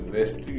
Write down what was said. West